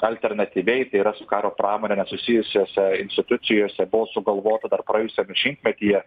alternatyviai tai yra su karo pramone nesusijusiose institucijose buvo sugalvota dar praėjusiam šimtmetyje